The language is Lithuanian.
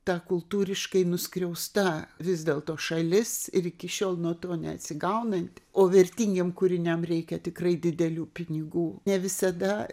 ta kultūriškai nuskriausta vis dėlto šalis ir iki šiol nuo to neatsigaunanti o vertingiem kūriniam reikia tikrai didelių pinigų ne visada